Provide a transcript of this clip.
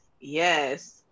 Yes